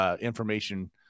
information